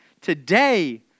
today